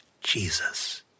Jesus